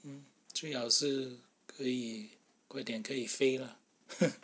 最好是可以贵点可以飞 lah